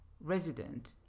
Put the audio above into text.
resident